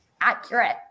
accurate